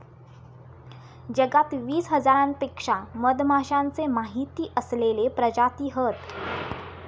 जगात वीस हजारांपेक्षा मधमाश्यांचे माहिती असलेले प्रजाती हत